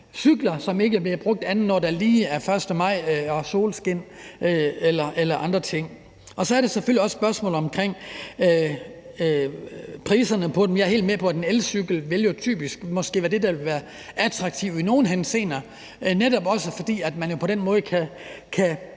cykler, som ikke bliver brugt, andet end når det lige er den 1. maj og solskin eller andre ting. Så er der selvfølgelig også et spørgsmål om priserne på dem. Jeg er jo helt med på, en elcykel måske typisk og i nogle henseender vil være det, der er attraktivt, netop også fordi man på den måde kan